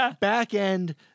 back-end